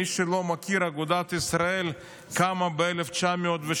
מי שלא מכיר, אגודת ישראל קמה ב-1912,